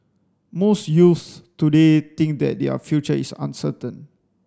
most youths today think that their future is uncertain